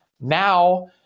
Now